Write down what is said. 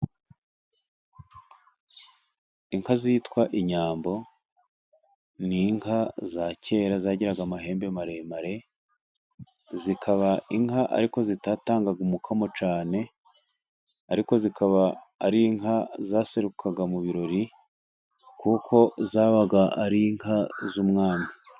Inka zitwa inyambo ni inka za kera zagiraga amahembe maremare, zikaba inka ariko zitatangaga umukomo cyane, ariko zikaba ari inka zaserukaga mu birori, kuko zabaga ari inka z'umwami.